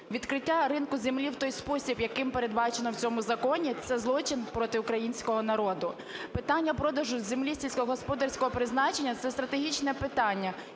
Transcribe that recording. Відкриття ринку землі в той спосіб, який передбачено в цьому законі, - це злочин проти українського народу. Питання продажу землі сільськогосподарського призначення – це стратегічне питання,